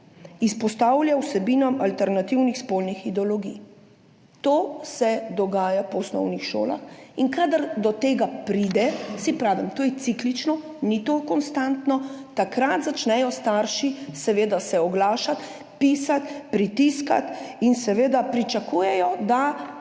izpostavlja vsebinam alternativnih spolnih ideologij. To se dogaja po osnovnih šolah in kadar do tega pride, saj pravim, to je ciklično, ni konstantno, takrat se začnejo starši seveda oglašati, pisati, pritiskati in seveda pričakujejo, da